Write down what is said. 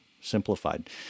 simplified